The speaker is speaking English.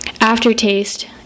aftertaste